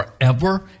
forever